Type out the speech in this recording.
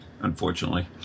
unfortunately